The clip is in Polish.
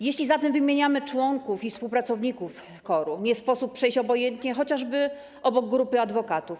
Jeśli zatem wymieniamy członków i współpracowników KOR-u, nie sposób przejść obojętnie chociażby obok grupy adwokatów.